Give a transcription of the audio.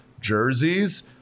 jerseys